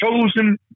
chosen